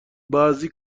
بعضی